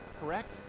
correct